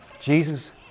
Jesus